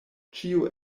ĉio